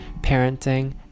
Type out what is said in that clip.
parenting